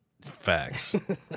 Facts